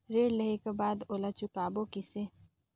ऋण लेहें के बाद ओला चुकाबो किसे?